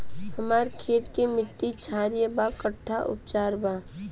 हमर खेत के मिट्टी क्षारीय बा कट्ठा उपचार बा?